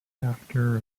after